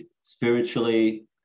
spiritually